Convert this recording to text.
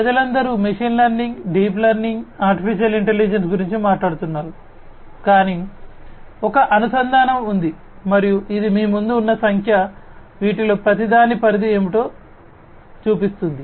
ప్రజలందరూ machine learning deep learning artificial intelligence గురించి మాట్లాడుతున్నారు కానీ ఒక అనుసంధానం ఉంది మరియు ఇది మీ ముందు ఉన్న ఈ సంఖ్య వీటిలో ప్రతి దాని పరిధి ఏమిటో చూపిస్తుంది